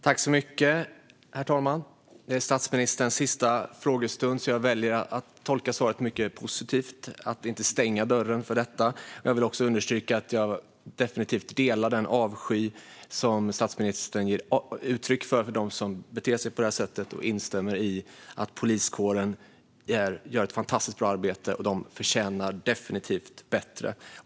Herr talman! Det är statsministerns sista frågestund, så jag väljer att tolka svaret mycket positivt som att man inte stänger dörren för detta. Jag vill också understryka att jag definitivt delar den avsky som statsministern ger uttryck för mot dem som beter sig på det här sättet. Jag instämmer i att poliskåren gör ett fantastiskt bra arbete och definitivt förtjänar bättre.